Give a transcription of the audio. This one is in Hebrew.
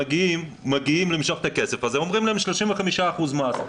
הם מגיעים למשוך את הכסף ואומרים להם 35% מס.